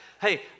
Hey